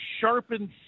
sharpened